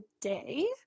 today